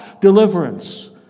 deliverance